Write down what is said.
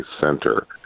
center